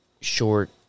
short